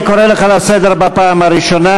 אני קורא אותך לסדר בפעם הראשונה.